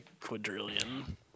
quadrillion